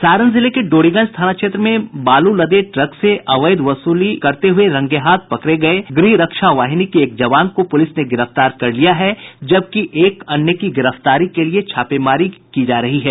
सारण जिले के डोरीगंज थाना क्षेत्र में बालू लदे ट्रक से अवैध रूप से वसूली करते हुए रंगेहाथ पकडे गए गृहरक्षा वाहिनी के एक जवान को पुलिस ने गिरफ्तार कर लिया है जबकि एक अन्य की गिरफ्तारी के लिए छापेमारी की जा रही है